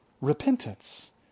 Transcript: repentance